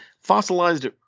fossilized